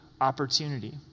opportunity